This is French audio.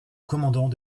commandant